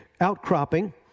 outcropping